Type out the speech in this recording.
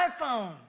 iPhone